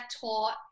taught